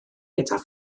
gyda